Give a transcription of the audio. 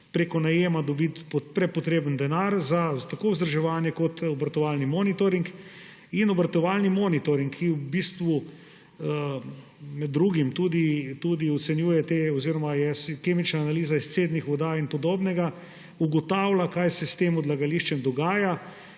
preko najema dobiti prepotrebni denar tako za vzdrževanje kot obratovalni monitoring. In obratovalni monitoring, ki je v bistvu med drugim tudi kemična analiza izcednih voda in podobnega, ugotavlja, kaj se s tem odlagališčem dogaja.